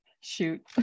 shoot